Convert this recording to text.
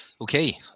Okay